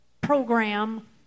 program